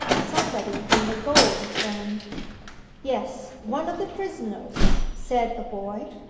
somebody in the gaol, then yes, one of the prisoners said a boy,